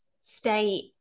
state